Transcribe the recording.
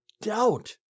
doubt